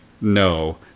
no